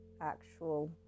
actual